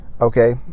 okay